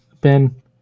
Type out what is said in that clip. Ben